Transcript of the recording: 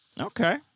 Okay